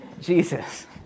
Jesus